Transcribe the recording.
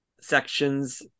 sections